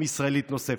אם ישראלית נוספת.